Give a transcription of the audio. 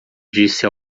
disse